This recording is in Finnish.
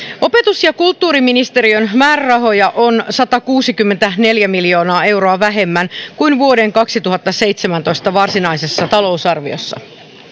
opetus ja kulttuuriministeriön määrärahoja on satakuusikymmentäneljä miljoonaa euroa vähemmän kuin vuoden kaksituhattaseitsemäntoista varsinaisessa talousarviossa